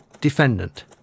Defendant